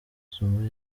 zuma